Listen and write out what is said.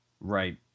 Right